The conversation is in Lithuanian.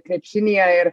krepšinyje ir